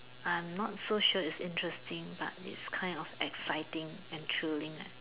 I'm not so sure if interesting but it's kind of exciting and thrilling